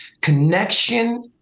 Connection